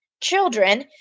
children